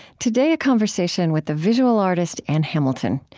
today, a conversation with the visual artist ann hamilton.